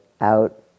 out